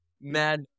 Mad